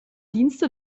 dienste